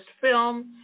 film